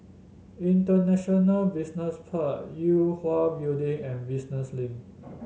International Business Park Yue Hwa Building and Business Link